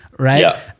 right